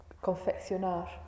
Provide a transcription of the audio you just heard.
confeccionar